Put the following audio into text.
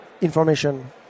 information